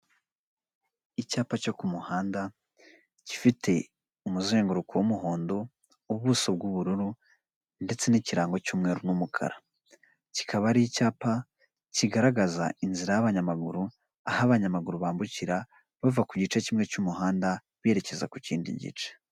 Umuhanda wa kaburimbo ugizwe n'ibice bitatu, igice kimwe kiri kugendamo moto ndetse n'imodoka, ikindi kiri gutambukamo umugenzi ndetse ha hagati aho harimo icyapa kiri mu mabara y'umutuku ndetse n'umweru kiyobora abagenzi hakaba n'ibiti birebire cyane.